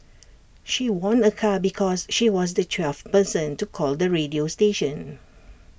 she won A car because she was the twelfth person to call the radio station